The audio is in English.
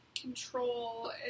control